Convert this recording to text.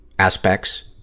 aspects